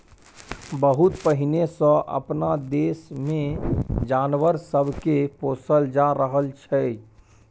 बहुत पहिने सँ अपना देश मे जानवर सब के पोसल जा रहल छै